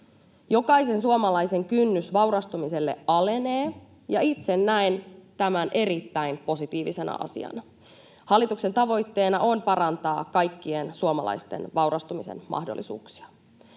Jokaisen suomalaisen kynnys vaurastumiselle alenee, ja itse näen tämän erittäin positiivisena asiana. Hallituksen tavoitteena on parantaa kaikkien suomalaisten vaurastumisen mahdollisuuksia.